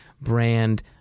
Brand